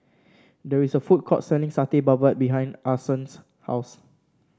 there is a food court selling Satay Babat behind Ason's house